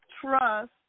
Trust